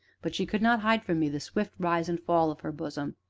but she could not hide from me the swift rise and fall of her bosom.